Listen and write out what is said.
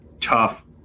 tough